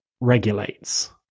regulates